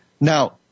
Now